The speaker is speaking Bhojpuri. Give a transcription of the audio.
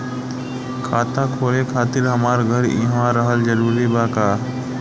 खाता खोले खातिर हमार घर इहवा रहल जरूरी बा का?